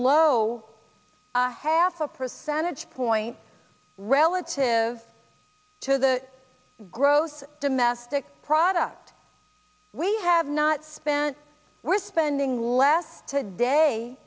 low half a percentage point relative to the gross domestic product we have not spent we're spending less today